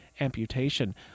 amputation